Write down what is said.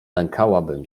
lękałabym